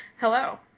Hello